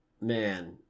man